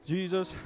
Jesus